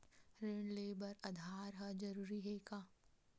ऋण ले बर आधार ह जरूरी हे का?